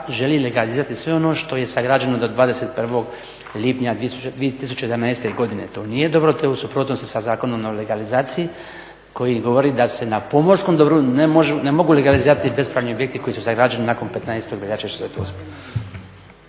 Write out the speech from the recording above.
želi legalizirati sve ono što je sagrađeno do 21. lipnja …/Govornik se ne razumije./… godine. To nije dobro. To je u suprotnosti sa Zakonom o legalizaciji koji govori da se na pomorskom dobru ne mogu legalizirati bespravni objekti koji su sagrađeni nakon 15. veljače